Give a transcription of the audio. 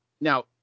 now